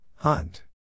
Hunt